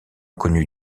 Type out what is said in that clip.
connu